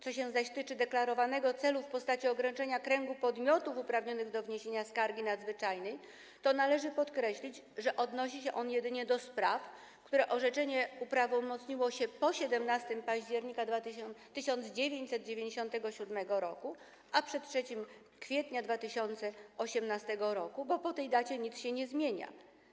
Co się zaś tyczy deklarowanego celu w postaci ograniczenia kręgu podmiotów uprawnionych do wniesienia skargi nadzwyczajnej, należy podkreślić, że odnosi się on jedynie do spraw, których orzeczenie uprawomocniło się po 17 października 1997 r., a przed 3 kwietnia 2018 r., bo po tej dacie nic się nie zmienia.